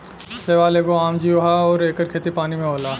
शैवाल एगो आम जीव ह अउर एकर खेती पानी में होला